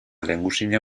lehengusina